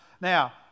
Now